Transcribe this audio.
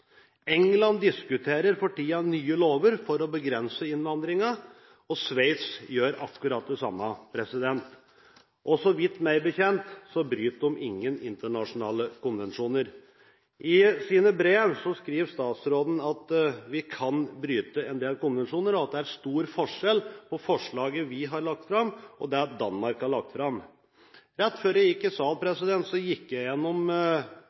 England diskuterer man for tiden nye lover for å begrense innvandringen, og i Sveits gjør man akkurat det samme. Så vidt jeg vet, bryter de ingen internasjonale konvensjoner. I sine brev skriver statsråden at vi kan bryte en del konvensjoner, og at det er stor forskjell på det forslaget vi har lagt fram, og det de har lagt fram i Danmark. Rett før jeg gikk i salen, gikk jeg gjennom